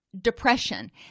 depression